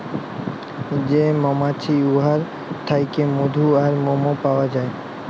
যে মমাছি উয়ার থ্যাইকে মধু আর মমও পাউয়া যায়